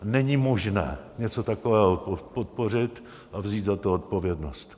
Není možné něco takového podpořit a vzít za to zodpovědnost.